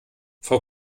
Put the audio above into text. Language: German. frau